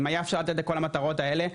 אם היה אפשר לתת לכל המטרות האלה,